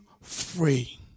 free